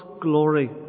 glory